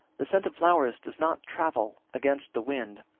the scent of flowers does not travel against the wind,